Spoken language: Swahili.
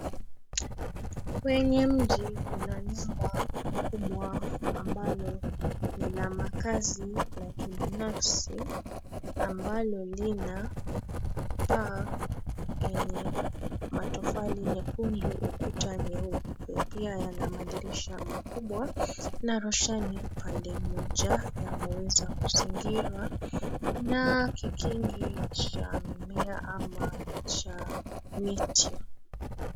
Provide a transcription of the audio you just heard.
Kwenye mji kuna nyumba mkubwa ambalo ni la makazi la kibinafsi ambalo lina paa enye matofali nyekundu, ukuta nyeupe. Pia yana madirisha makubwa na roshani upande mmoja. Yameweza kuzingirwa na kikingi cha mimea ama cha miche.